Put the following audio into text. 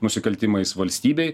nusikaltimais valstybei